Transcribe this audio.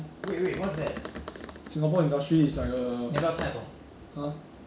自从 !wah! eh 自从那天我吃那个 expire ice cream 我肚子痛到现在 eh